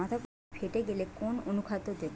বাঁধাকপি ফেটে গেলে কোন অনুখাদ্য দেবো?